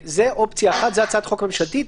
זו אופציה אחת, זו הצעת החוק הממשלתית.